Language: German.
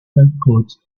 verputzt